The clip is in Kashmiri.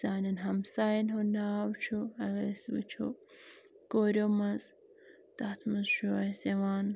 سانیٚن ہمسایَن ہُنٛد ناو چھُ اَگر أسۍ وُچھو کوریٛو منٛز تَتھ منٛز چھُ اسہِ یِوان